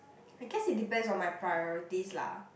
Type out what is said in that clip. I guess it depends on my priorities lah